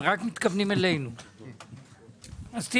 הם מתכוונים רק אלינו,